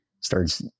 starts